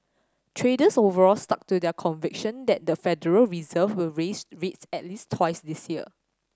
traders overall stuck to their conviction that the Federal Reserve will raise rates at least twice this year